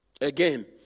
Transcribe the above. Again